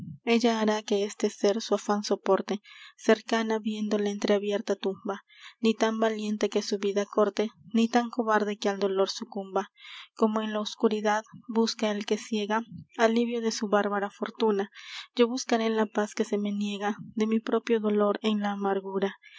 ella hará que este sér su afan soporte cercana viendo la entreabierta tumba ni tan valiente que su vida corte ni tan cobarde que al dolor sucumba como en la oscuridad busca el que ciega alivio de su bárbara fortuna yo buscaré la paz que se me niega de mi propio dolor en la amargura